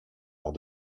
lors